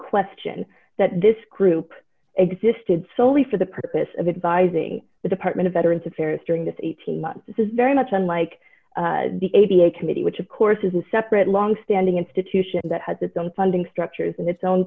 question that this group existed solely for the purpose of advising the department of veterans affairs during this eighteen months is very much unlike the a b a committee which of course is a separate longstanding institution that has its own funding structures and its own